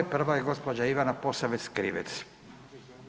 Prva je gospođa Ivana Posavec Krivec.